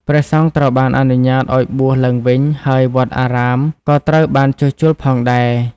ព្រះសង្ឃត្រូវបានអនុញ្ញាតឱ្យបួសឡើងវិញ ហើយវត្តអារាមក៏ត្រូវបានជួសជុលផងដែរ។